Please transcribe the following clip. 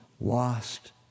lost